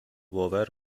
باور